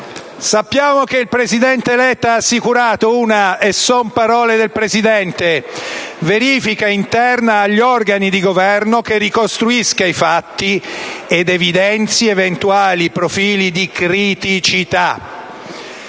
Sappiamo che il presidente Letta ha assicurato - sono parole del Presidente - «una verifica interna agli organi di Governo che ricostruisca i fatti ed evidenzi eventuali profili di criticità».